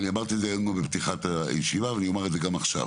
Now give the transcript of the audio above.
אני אמרתי את זה בפתיחת הישיבה ואני אומר את זה גם עכשיו.